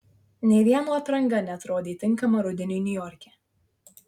nė vieno apranga neatrodė tinkama rudeniui niujorke